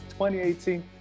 2018